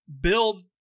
build